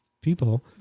people